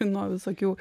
nuo visokių